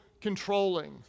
controlling